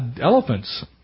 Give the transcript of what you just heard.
elephants